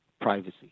privacy